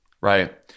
Right